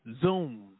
Zoom